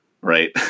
right